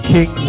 King